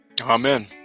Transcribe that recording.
Amen